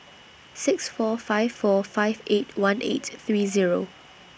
six four five four five eight one eight three Zero